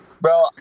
bro